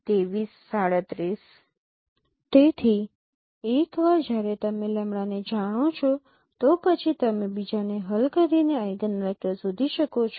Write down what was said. તેથી એકવાર જ્યારે તમે લેમ્બડાને જાણો છો તો પછી તમે બીજાને હલ કરીને આઇગનવેક્ટર શોધી શકો છો